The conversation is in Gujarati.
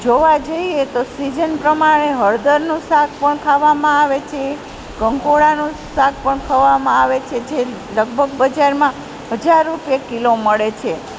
જોવા જઈએ તો સીજન પ્રમાણે હળદરનું શાક પણ ખાવામાં આવે છે કંકોડાનું શાક પણ ખાવામાં આવે છે જે લગભગ બજારમાં હજાર રૂપિયે કિલો મળે છે